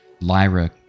Lyra